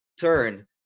turn